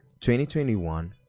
2021